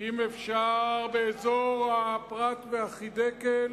אם אפשר באזור הפרת והחידקל,